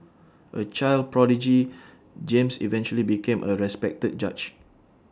A child prodigy James eventually became A respected judge